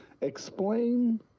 explain